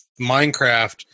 Minecraft